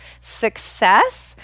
success